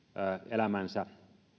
elämäänsä